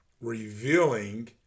revealing